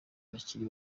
bakiri